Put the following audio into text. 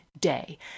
day